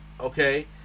okay